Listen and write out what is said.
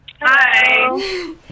Hi